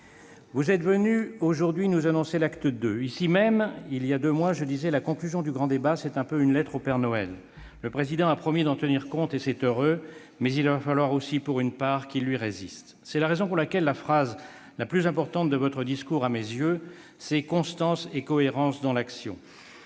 Vous êtes venu ce matin nous annoncer l'acte II. Ici même, voilà deux mois, je disais :« La conclusion du grand débat, c'est un peu une lettre au père Noël. Le Président a promis d'en tenir compte, et c'est heureux. Mais il va falloir aussi, pour une part, qu'il lui résiste. » C'est la raison pour laquelle la formule la plus importante de votre discours me paraît être :« constance et cohérence dans l'action ».